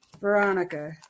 Veronica